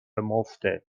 مفته